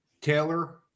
Taylor